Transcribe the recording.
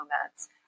moments